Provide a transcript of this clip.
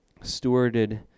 stewarded